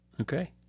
Okay